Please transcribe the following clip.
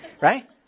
right